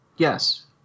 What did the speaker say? Yes